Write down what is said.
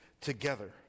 together